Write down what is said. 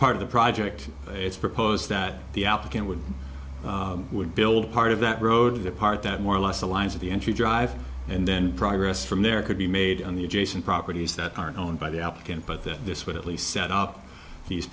part of the project it's proposed that the applicant would would build part of that road the part that more or less the lines of the entry drive and then progress from there could be made on the adjacent properties that aren't owned by the applicant but that this would at least set up these